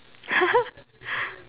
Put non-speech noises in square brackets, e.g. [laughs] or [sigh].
[laughs]